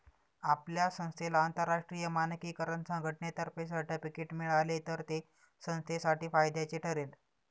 आपल्या संस्थेला आंतरराष्ट्रीय मानकीकरण संघटनेतर्फे सर्टिफिकेट मिळाले तर ते संस्थेसाठी फायद्याचे ठरेल